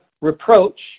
reproach